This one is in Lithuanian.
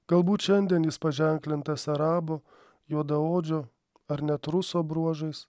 galbūt šiandien jis paženklintas arabo juodaodžio ar net ruso bruožais